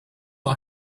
our